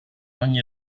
ogni